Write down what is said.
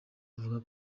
avuga